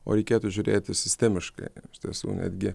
o reikėtų žiūrėti sistemiškai iš tiesų netgi